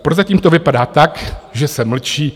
Prozatím to vypadá tak, že se mlčí.